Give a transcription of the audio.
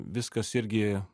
viskas irgi